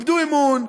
איבדו אמון,